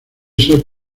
ser